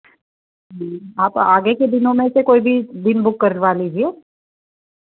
आप आगे के दिनों में से कोई भी दिन बुक करवा लीजिए